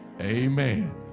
Amen